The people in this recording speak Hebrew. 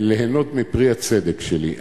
ליהנות מפרי הצדק שלי.